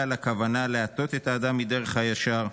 על הכוונה להטות את האדם מדרך הישר,